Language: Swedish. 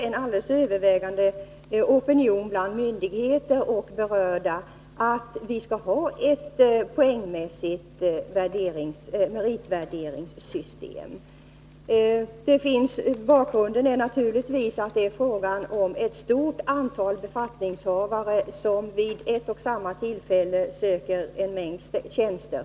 En övervägande opinion bland myndigheter och övriga berörda anser också att poängsättningen skall vara kvar när det gäller att värdera meriter. Anledningen är naturligtvis att det ofta är så, att ett stort antal befattningshavare vid ett och samma tillfälle söker en mängd tjänster.